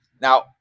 Now